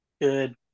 Good